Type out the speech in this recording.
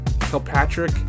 Kilpatrick